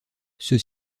ceux